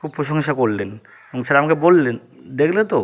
খুব প্রশংসা করলেন এবং স্যার আমাকে বললেন দেখলে তো